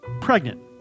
Pregnant